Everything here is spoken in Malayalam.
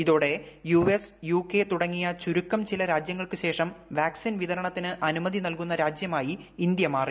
ഇതോടെ യുഎസ് യുകെ തുടങ്ങിയ ചുരുക്കം ചില രാജ്യങ്ങൾക്ക് ശേഷം വാക്സിൻ വിതരണത്തിന് അനുമതി നൽകുന്ന രാജ്യമായി ഇന്ത്യ മാറി